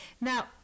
now